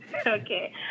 Okay